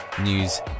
news